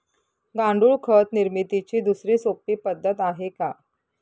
गांडूळ खत निर्मितीची दुसरी सोपी पद्धत आहे का?